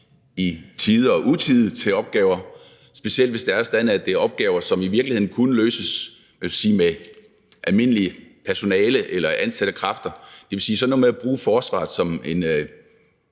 i tide og utide til opgaver, specielt hvis det er sådan, at det er opgaver, som i virkeligheden kunne løses med almindeligt personale eller ansatte kræfter. Det vil sige, at sådan noget med at bruge forsvaret som en